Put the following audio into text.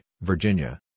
Virginia